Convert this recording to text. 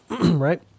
right